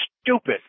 stupid